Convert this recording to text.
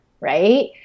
right